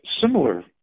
similar